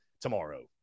tomorrow